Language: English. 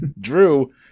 Drew